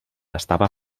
estava